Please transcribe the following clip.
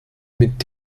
mit